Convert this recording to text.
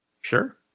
Sure